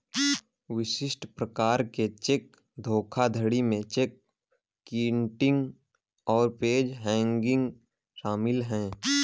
विशिष्ट प्रकार के चेक धोखाधड़ी में चेक किटिंग और पेज हैंगिंग शामिल हैं